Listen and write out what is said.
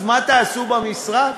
אז מה תעשו במשרד,